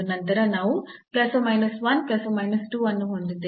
ನಂತರ ನಾವು ಅನ್ನು ಹೊಂದಿದ್ದೇವೆ